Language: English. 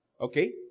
Okay